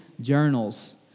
Journals